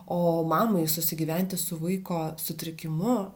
o mamai susigyventi su vaiko sutrikimu